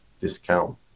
discount